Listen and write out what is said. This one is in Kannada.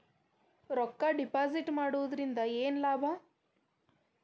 ರೊಕ್ಕ ಡಿಪಾಸಿಟ್ ಮಾಡುವುದರಿಂದ ಏನ್ ಲಾಭ?